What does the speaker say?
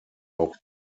auch